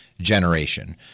generation